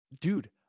Dude